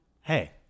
hey